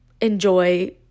enjoy